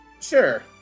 Sure